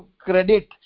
credit